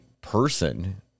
person